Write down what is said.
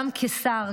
גם כשר,